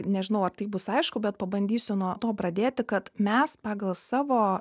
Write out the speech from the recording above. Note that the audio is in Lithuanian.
nežinau ar tai bus aišku bet pabandysiu nuo to pradėti kad mes pagal savo